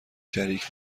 شریک